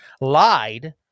lied